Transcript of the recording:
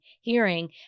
hearing